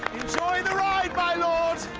enjoy the ride my lord!